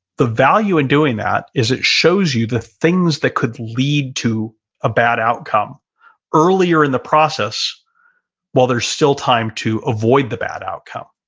the value in doing that is it shows you the things that could lead to a bad outcome earlier in the process while there's still time to avoid the bad outcome.